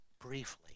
briefly